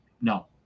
no